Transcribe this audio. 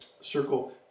circle